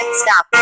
stop